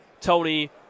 Tony